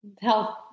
health